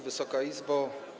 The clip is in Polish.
Wysoka Izbo!